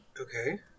okay